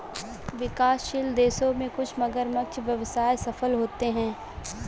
विकासशील देशों में कुछ मगरमच्छ व्यवसाय सफल होते हैं